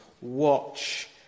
Watch